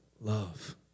love